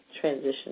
transition